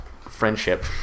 friendship